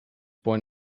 born